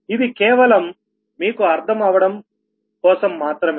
ఇది కేవలం మీకు అర్థమవడం కోసం మాత్రమే